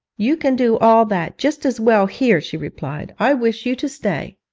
you can do all that just as well here she replied. i wish you to stay.